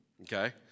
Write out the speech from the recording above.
okay